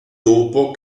dopo